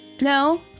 No